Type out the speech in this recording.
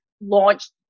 launched